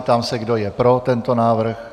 Ptám se, kdo je pro tento návrh.